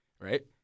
right